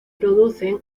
producen